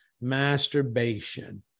masturbation